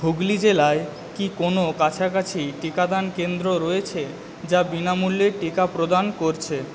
হুগলি জেলায় কি কোনো কাছাকাছি টিকাদান কেন্দ্র রয়েছে যা বিনামূল্যে টিকা প্রদান করছে